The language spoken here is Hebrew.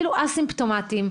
אפילו אסימפטומטיים,